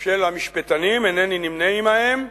של המשפטנים, אינני נמנה עמהם,